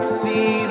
see